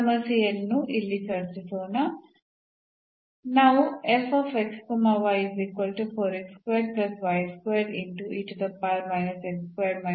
ಸಮಸ್ಯೆಯನ್ನು ಇಲ್ಲಿ ಚರ್ಚಿಸೋಣ